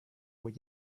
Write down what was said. boy